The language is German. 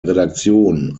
redaktion